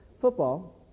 football